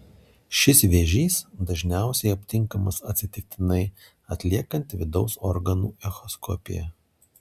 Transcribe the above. šis vėžys dažniausiai aptinkamas atsitiktinai atliekant vidaus organų echoskopiją